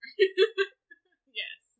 Yes